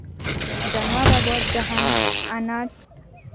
ᱡᱟᱱᱣᱟᱨ ᱵᱟᱵᱚᱫ ᱡᱟᱦᱟᱱ ᱟᱸᱱᱟᱴ